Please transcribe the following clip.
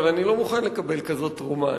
אבל אני לא מוכן לקבל כזאת תרומה.